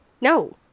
No